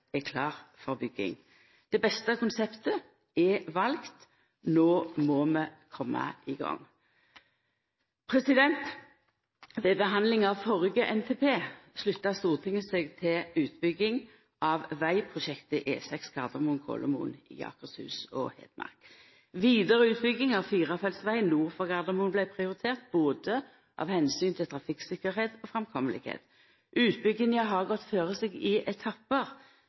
er klart for bygging. Det beste konseptet er valt. No må vi koma i gang. Ved behandlinga av førre NTP slutta Stortinget seg til utbygging av vegprosjektet E6 Gardermoen–Kolomoen i Akershus og Hedmark. Vidare utbygging av firefeltsveg nord for Gardermoen vart prioritert, av omsyn til både trafikktryggleik og framkomst. Utbygginga har gått føre seg i etappar,